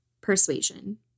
Persuasion